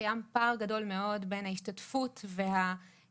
קיים פער גדול מאוד בין ההשתתפות והיכולת